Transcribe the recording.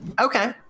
Okay